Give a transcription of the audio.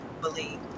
believe